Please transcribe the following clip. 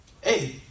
hey